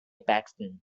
paxton